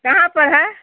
कहाँ पर है